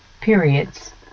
periods